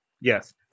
Yes